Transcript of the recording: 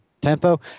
tempo